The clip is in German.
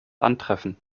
antreffen